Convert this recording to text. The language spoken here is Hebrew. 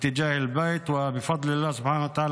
בפעם השנייה